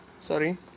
sorry